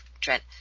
Trent